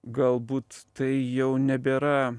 galbūt tai jau nebėra